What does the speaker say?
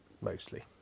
mostly